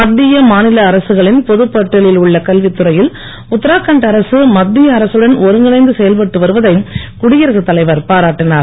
மத்திய மாநில அரசுகளின் பொதுப் பட்டியலில் உள்ள கல்வித் துறையில் உத்தராகண்ட் அரசு மத்திய அரசுடன் ஒருங்கிணைந்து செயல்பட்டு வருவதை குடியரகத் தலைவர் பாராட்டினார்